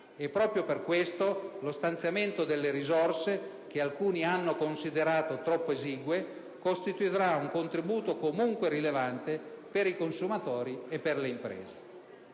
e proprio per questo, lo stanziamento delle risorse che alcuni hanno considerato troppo esigue costituirà un contributo comunque rilevante per i consumatori e per le imprese.